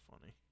funny